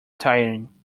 tiring